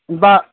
बा